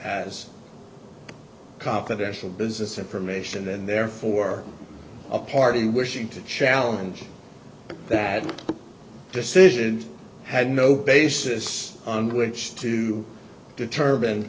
as confidential business information and therefore a party wishing to challenge that decision had no basis on which to determine